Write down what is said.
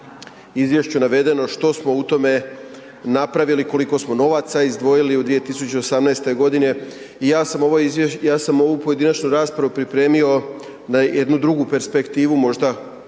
izvješću navedeno, što smo u tome napravili, koliko smo novaca izdvojili u 2018. godini i ja sam ovu pojedinačnu raspravu pripremio na jednu drugu perspektivu možda koji